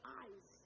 eyes